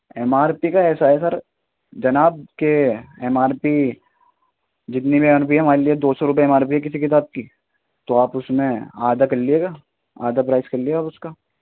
M R P کا ایسا ہے سر جناب کہ ایم آر پی جتنی بھی ایم آر پی ہے ہمارے لیے دو سو روپئے ایم آر پی ہے کسی کتاب کی تو آپ اس میں آدھا کر لیجیے گا آدھا پرائز کر لیجیے گا آپ اس کا